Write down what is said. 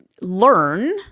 learn